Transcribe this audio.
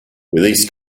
this